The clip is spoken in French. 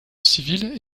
civil